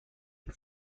and